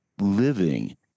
living